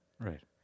right